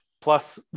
Plus